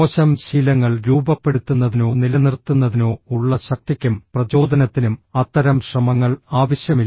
മോശം ശീലങ്ങൾ രൂപപ്പെടുത്തുന്നതിനോ നിലനിർത്തുന്നതിനോ ഉള്ള ശക്തിക്കും പ്രചോദനത്തിനും അത്തരം ശ്രമങ്ങൾ ആവശ്യമില്ല